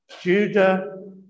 Judah